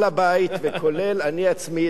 כולל אני עצמי,